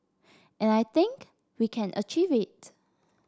and I think we can achieve it